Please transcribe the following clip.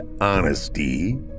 Honesty